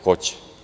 Hoće.